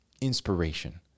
inspiration